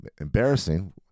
embarrassing